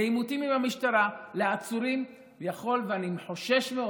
לעימותים עם המשטרה, לעצורים, ואני חושש מאוד